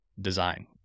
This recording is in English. design